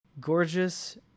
Gorgeous